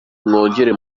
mwongere